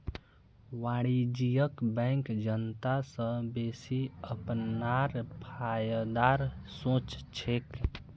वाणिज्यिक बैंक जनता स बेसि अपनार फायदार सोच छेक